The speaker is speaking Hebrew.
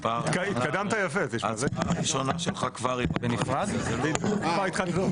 להקדים את השעה מ-16:00 ל-09:00.